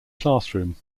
classroom